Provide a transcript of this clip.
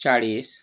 चाळीस